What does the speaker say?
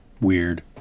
Weird